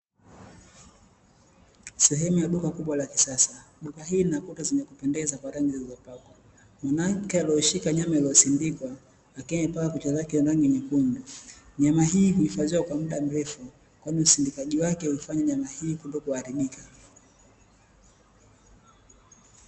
Sehemu ya duka kubwa la kisasa duka hili lina kuta zinazopendeza kwa rangi zilizopakwa, mwanamke ameshika nyama zilizosindikwa akiwa amepaka chuka zake rangi na nyekundu, nyama hii huifadhiwa kwa muda mrefu kwani usindikaji wake huifanya nyama hii kutokuharibika.